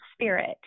spirit